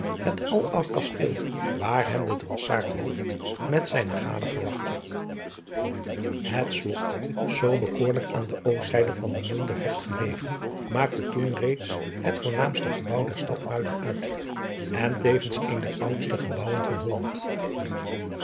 het aloud kasteel waar hen de drossaard hooft met zijne gade verwachtte het slot zoo bekoorlijk aan de oostzijde van den mond der vecht gelegen maakte toen reeds het voornaamadriaan loosjes pzn het leven van hillegonda buisman ste gebouw der etad muiden uit en tevens een der oudste gebouwen van holland